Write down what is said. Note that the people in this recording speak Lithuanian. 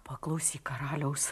paklausyk karaliaus